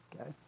Okay